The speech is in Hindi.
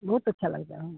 बहुत अच्छा लगता है